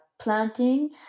planting